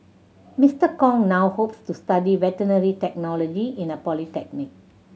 Mister Kong now hopes to study veterinary technology in a polytechnic